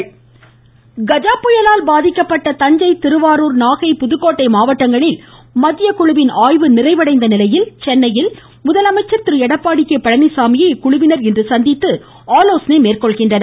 கஜாடபுயல் மத்தியடகுழு கஜா புயலால் பாதிக்கப்பட்ட தஞ்சை திருவாரூர் நாகை புதுக்கோட்டை மாவட்டங்களில் மத்திய குழுவின் ஆய்வு நிறைவடைந்த நிலையில் சென்னையில் இன்று முதலமைச்சர் திரு எடப்பாடி கே பழனிசாமியை இக்குழுவினர் சந்தித்து ஆலோசனை மேற்கொள்கின்றனர்